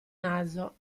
naso